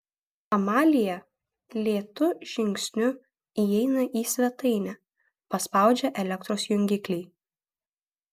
amalija lėtu žingsniu įeina į svetainę paspaudžia elektros jungiklį